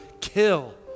kill